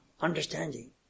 understanding